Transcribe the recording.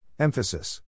Emphasis